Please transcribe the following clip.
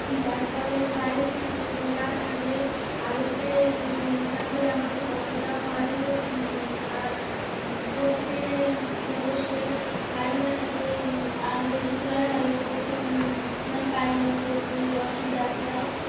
তারপরে কারেন্ট থাকলে না থাকলে আলোতে না থাকলে আমার খুব অসুবিধা হয় আর পড়তে মানে বসলে কারেন্ট না থাকলে আলোয় সোলারে আলোয় পড়তে মানে পারি না চোখ অসুবিধা আছে তাই